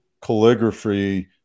calligraphy